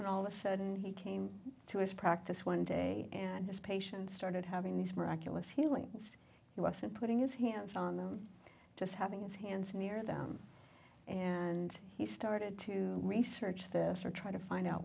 and all the sudden he came to his practice one day and his patients started having these miraculous healings he wasn't putting his hands on them just having his hands near them and he started to research this or try to find out